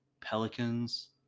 Pelicans